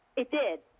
it did.